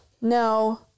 No